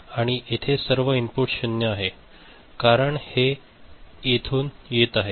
आणि येथे हे सर्व इनपुट 0 आहेत कारण हे येथून येत आहेत